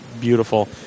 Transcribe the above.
beautiful